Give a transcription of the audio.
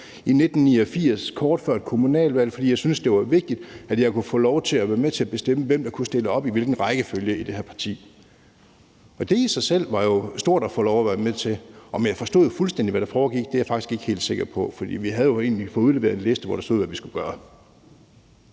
i 1989 kort før et kommunalvalg, fordi jeg syntes, det var vigtigt, at jeg kunne få lov til at være med til at bestemme, hvem der kunne stille op i hvilken rækkefølge i det her parti, og det i sig selv var jo stort at få lov at være med til. Om jeg forstod fuldstændig, hvad der foregik, er jeg faktisk ikke helt sikker på, for vi havde jo egentlig fået udleveret en liste, hvor der stod, hvad vi skulle gøre.